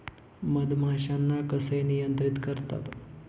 मधमाश्यांना कसे नियंत्रित करतात?